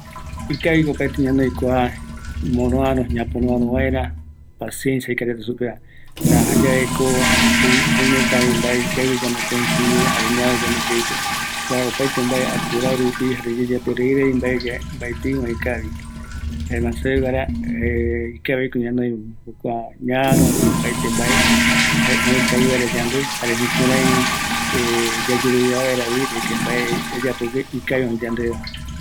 Kua mbɨaguaju ikaviyaeko ñaaro vaera, mbaetɨ yayeaporai mbae yayapo vaera, esa yandeko ñaekavipota, kua ikavi yave yandereraja ikavigue rupi, jukurai ome vaera yerovia opaetevape